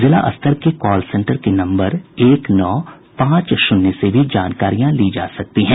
जिला स्तर के कॉल सेंटर के नम्बर एक नौ पांच शून्य से भी जानकारी ली जा सकती है